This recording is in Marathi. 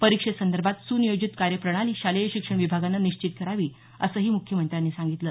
परीक्षेसंदर्भात सुनियोजित कार्यप्रणाली शालेय शिक्षण विभागाने निश्चित करावी असंही म्ख्यमंत्र्यांनी सांगितलं